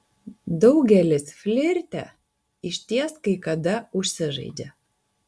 daugelis flirte išties kai kada užsižaidžia